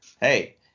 Hey